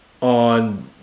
on